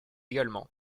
également